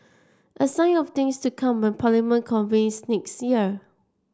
a sign of things to come when Parliament convenes next year